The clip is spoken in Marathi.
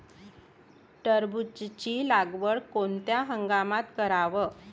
टरबूजाची लागवड कोनत्या हंगामात कराव?